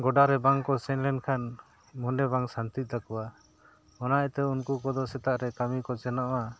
ᱜᱚᱰᱟ ᱨᱮ ᱵᱟᱝ ᱠᱚ ᱥᱮᱱ ᱞᱮᱱ ᱠᱷᱟᱱ ᱢᱚᱱᱮ ᱵᱟᱝ ᱥᱟᱱᱛᱤᱜ ᱛᱟᱠᱚᱣᱟ ᱚᱱᱟ ᱤᱭᱟᱛᱮ ᱩᱱᱠᱩ ᱠᱚᱫᱚ ᱥᱮᱛᱟᱜ ᱨᱮ ᱠᱟᱹᱢᱤ ᱠᱚ ᱥᱮᱱᱚᱜᱼᱟ